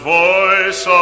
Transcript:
voice